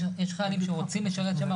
יש חיילים שרוצים לשרת שם,